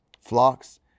flocks